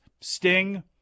Sting